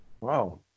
Wow